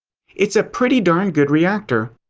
it's a pretty darn good reactor.